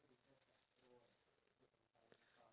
the breakfast the breakfast